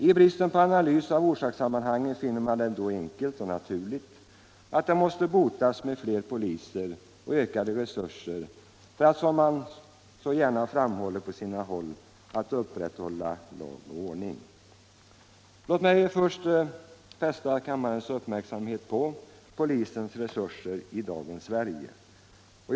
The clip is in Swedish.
I bristen på analys av orsakssammanhangen finner man det då enkelt och naturligt att denna utveckling måste botas med fler poliser och ökade resurser för att, som man så gärna framhåller på sina håll, ”upprätthålla lag och ordning”. Låt mig först fästa kammarens uppmärksamhet på polisens resurser i dagens Sverige.